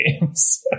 games